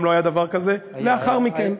גם לא היה דבר כזה לאחר מכן.